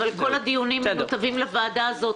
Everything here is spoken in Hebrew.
אבל כל הדיונים מנותבים לוועדה הזאת,